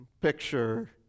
picture